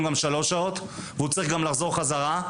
גם שלוש שעות והוא צריך גם לחזור חזרה,